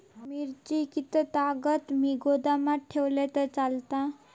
मिरची कीततागत मी गोदामात ठेवलंय तर चालात?